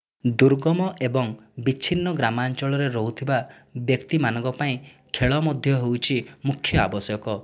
ଦୁର୍ଗମ ଏବଂ ବିଚ୍ଛିନ୍ନ ଗ୍ରାମାଞ୍ଚଳରେ ରହୁଥିବା ବ୍ୟକ୍ତିମାନଙ୍କ ପାଇଁ ଖେଳ ମଧ୍ୟ ହେଉଛି ମୁଖ୍ୟ ଆବଶ୍ୟକ